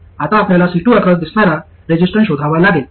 आता आपल्याला C2 across दिसणारा रेसिस्टन्स शोधावा लागेल